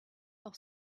auch